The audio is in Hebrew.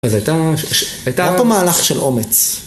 זה הייתה... הייתה פה מהלך של אומץ.